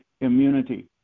immunity